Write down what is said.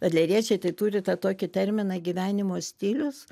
adleriečiai tai turi tą tokį terminą gyvenimo stilius